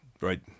right